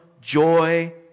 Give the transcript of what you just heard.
joy